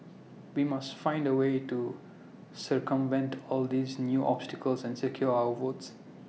we must find A way to circumvent all these new obstacles and secure our votes